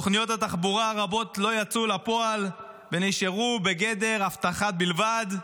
תוכניות תחבורה רבות לא יצאו לפועל ונשארו בגדר הבטחה בלבד,